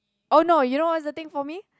oh no you know what's the thing for me